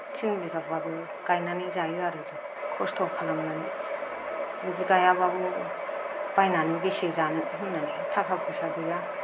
तिन बिगाब्लाबो गायनानै जायो आरो जों खस्थ' खालामनानै बिदि गायाब्लाबो बायनानै बेसे जानो होननानै थाखा फैसा गैया